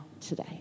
today